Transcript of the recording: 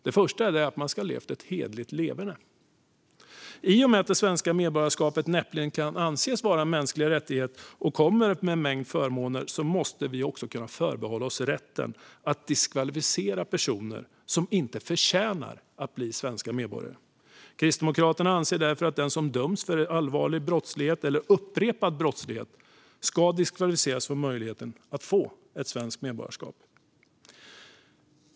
Den första är att man ska ha haft ett hederligt leverne. I och med att det svenska medborgarskapet näppeligen kan anses vara en mänsklig rättighet och kommer med en mängd förmåner måste vi också kunna förbehålla oss rätten att diskvalificera personer som inte förtjänar att bli svenska medborgare. Kristdemokraterna anser därför att den som döms för allvarlig brottslighet eller upprepad brottslighet ska diskvalificeras från möjligheten att få ett svenskt medborgarskap.